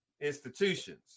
institutions